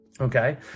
Okay